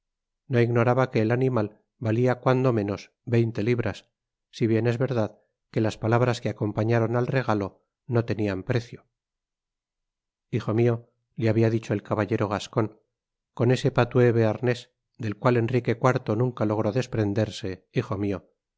no ignoraba que el animal valia cuando menos veinte libras si bien es verdad que las palabras que acompañaron al regalo no tenian precio hijo mio le habia dicho el caballero gascon con ese patué bearnés del cual enrique iv nunca logró desprenderse hijo mio